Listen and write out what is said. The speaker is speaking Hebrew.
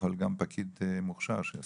יכול להיות גם פקיד מוכשר שיעשה את זה.